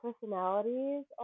personalities